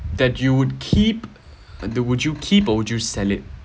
that you would keep would you keep or would you sell it